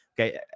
Okay